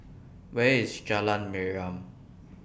Where IS Jalan Mariam